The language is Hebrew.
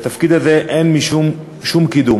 בתפקיד הזה אין משום קידום.